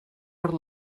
per